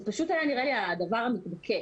זה פשוט היה נראה לי הדבר המתבקש.